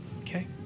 Okay